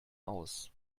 aus